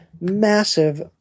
massive